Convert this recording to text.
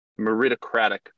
meritocratic